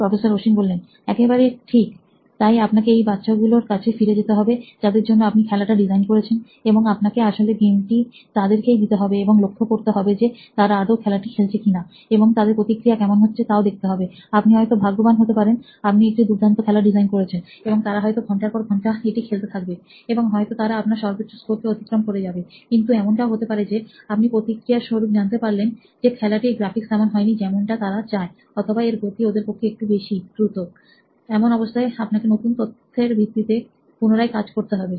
professor Ashwin একেবারে ঠিক তাই আপনাকে এই বাচ্চাগুলোর কাছে ফিরে যেতে হবে যাদের জন্য আপনি খেলাটা ডিজাইন করছেন এবং আপনাকে আসলে গেমটি তাদেরকেই দিতে হবে এবং লক্ষ্য করতে হবে যে তারা আদৌ খেলাটা খেলছে কিনা এবং তাদের প্রতিক্রিয়া কেমন হচ্ছে তাও দেখতে হবে আপনি হয়তো ভাগ্যবান হতে পারে আপনি একটি দুর্দান্ত খেলা ডিজাইন করেছেন এবং তারা হয়ত ঘন্টার পর ঘন্টা এটি খেলতে থাকবে এবং হয়তো তারা আপনার সর্বোচ্চ স্কোর কে অতিক্রম করে যাবে কিন্তু এমনটাও হতে পারে যে আপনি প্রতিক্রিয়া স্বরূপ জানতে পারলেন যে খেলাটির গ্রাফিক্স তেমন হয়নি যেমনটা তারা চায় অথবা এর গতি ওদের পক্ষে একটু বেশি দ্রুত এমন অবস্থায় আপনাকে নতুন তথ্যের ভিত্তিতে পুনরায় কাজ করতে হবে